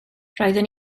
roeddwn